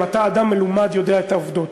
גם אתה אדם מלומד ויודע את העובדות.